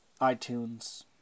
iTunes